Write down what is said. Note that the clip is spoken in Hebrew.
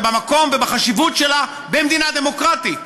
ובמקום ובחשיבות שלה במדינה דמוקרטית.